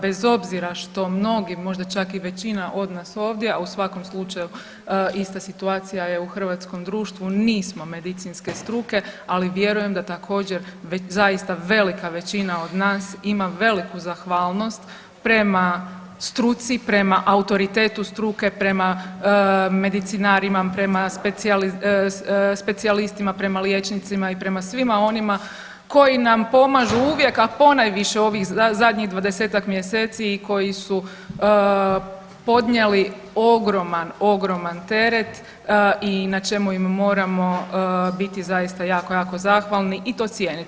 Bez obzira što mnogi, možda čak i većina od nas ovdje a u svakom slučaju ista situacija je u hrvatskom društvu nismo medicinske struke, ali vjerujem da također zaista velika većina od nas ima veliku zahvalnost prema struci, prema autoritetu struke, prema medicinarima, prema specijalistima, prema liječnicima i prema svima onima koji nam pomažu uvijek a ponajviše u ovih zadnjih 20-tak mjeseci i koji su podnijeli ogroman, ogroman teret i na čemu im moramo biti zaista jako, jako zahvalni i to cijeniti.